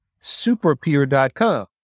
superpeer.com